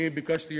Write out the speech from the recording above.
אני ביקשתי,